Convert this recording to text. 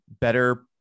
better